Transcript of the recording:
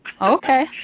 Okay